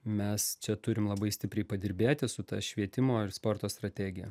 mes čia turim labai stipriai padirbėti su ta švietimo ir sporto strategija